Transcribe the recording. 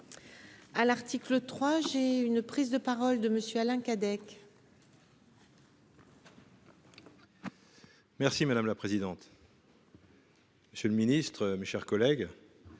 À l'article 3, j'ai une prise de parole de monsieur Alain Cadec. Merci madame la présidente. Monsieur le Ministre, mes chers collègues.